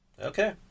Okay